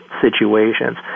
situations